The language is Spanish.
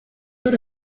hora